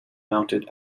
mounted